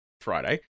Friday